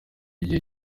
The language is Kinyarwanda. igihe